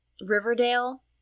Riverdale